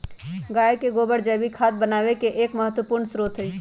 गाय के गोबर जैविक खाद बनावे के एक महत्वपूर्ण स्रोत हई